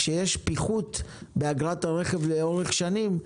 כשיש פיחות באגרת הרכב לאורך שנים,